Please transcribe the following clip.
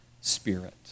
spirit